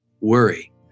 Worry